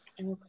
Okay